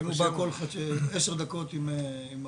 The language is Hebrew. אם הוא בא כל עשר דקות עם 49,000?